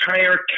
entire